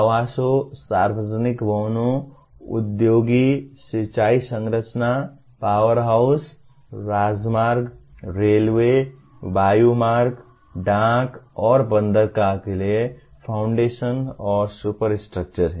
आवासों सार्वजनिक भवनों उद्योगों सिंचाई संरचना पावरहाउस राजमार्ग रेलवे वायुमार्ग डॉक और बंदरगाह के लिए फॉउण्डेशन्स और सुपरस्ट्रक्चर